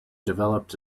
developed